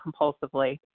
compulsively